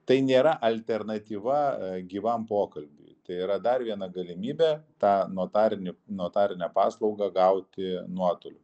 tai nėra alternatyva gyvam pokalbiui tai yra dar viena galimybė tą notarinių notarinę paslaugą gauti nuotoliu